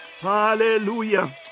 Hallelujah